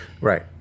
Right